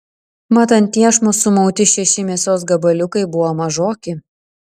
mat ant iešmo sumauti šeši mėsos gabaliukai buvo mažoki